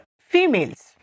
females